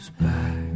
back